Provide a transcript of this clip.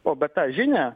o per tą žinią